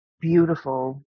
beautiful